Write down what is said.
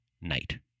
night